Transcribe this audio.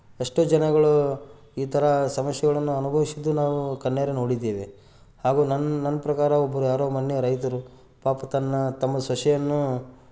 ಎಷ್ಟೋ ಜನಗಳು ಈ ಥರ ಸಮಸ್ಯೆಗಳನ್ನು ಅನುಭವಿಸಿದ್ದು ನಾವು ಕಣ್ಣಾರೆ ನೋಡಿದ್ದೇವೆ ಹಾಗೂ ನನ್ನ ನನ್ನ ಪ್ರಕಾರ ಒಬ್ಬರು ಯಾರೋ ಮೊನ್ನೆ ರೈತರು ಪಾಪ ತನ್ನ ತಮ್ಮ ಸೊಸೆಯನ್ನು